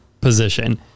position